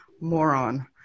moron